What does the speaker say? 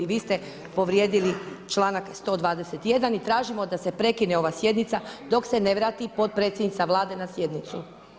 Vi ste povrijedili članak 121. i tražimo da se prekine ova sjednica dok se ne vrati potpredsjednica Vlade na sjednicu.